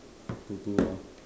what to do ah